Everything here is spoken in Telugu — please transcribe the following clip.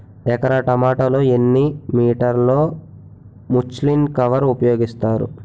ఎకర టొమాటో లో ఎన్ని మీటర్ లో ముచ్లిన్ కవర్ ఉపయోగిస్తారు?